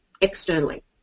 externally